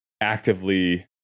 actively